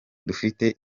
dufite